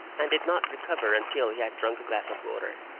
and did not recover until he had drunk a glass of water.